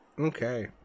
Okay